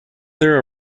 their